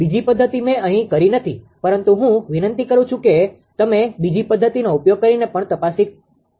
બીજી પદ્ધતિ મેં અહીં કરી નથી પરંતુ હું વિનંતી કરું છું કે તમે બીજી પદ્ધતિનો ઉપયોગ કરીને પણ તપાસ કરી શકો છો